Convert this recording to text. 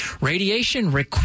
Radiation